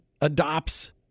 adopts